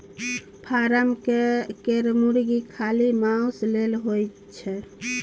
form केर मुरगी खाली माउस लेल होए छै